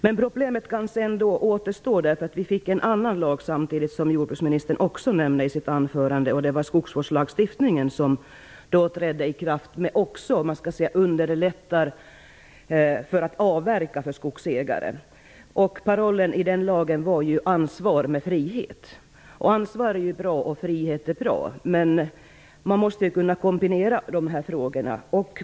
Men problemet kanske ändå återstår, därför att samtidigt trädde också en annan lag i kraft, vilket jordbruksministern också nämner i sitt svar, nämligen skogsvårdslagen som underlättar avverkning för skogsägare. Parollen i den lagen var ju ansvar med frihet. Ansvar är bra, och frihet är bra. Men man måste kunna kombinera detta.